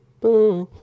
Bye